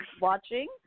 watching